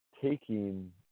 taking